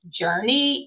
journey